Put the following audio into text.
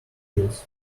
heels